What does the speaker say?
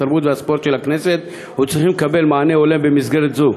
התרבות והספורט של הכנסת וצריכים לקבל מענה הולם במסגרת זו.